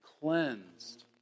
cleansed